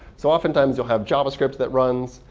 so oftentimes, you'll have javascript that runs.